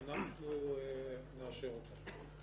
ואנחנו נאשר אותן.